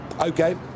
Okay